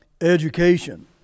education